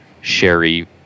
sherry